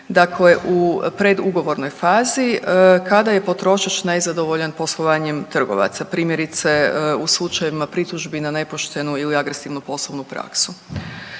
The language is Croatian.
dakle u predugovornoj fazi, kada je potrošač nezadovoljan poslovanjem trgovaca, primjerice, u slučajevima pritužbi na nepoštenu ili agresivnu poslovnu praksu.